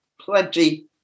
plenty